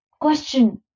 Question